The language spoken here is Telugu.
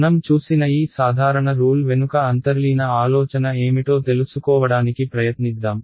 మనం చూసిన ఈ సాధారణ రూల్ వెనుక అంతర్లీన ఆలోచన ఏమిటో తెలుసుకోవడానికి ప్రయత్నిద్దాం